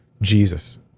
Jesus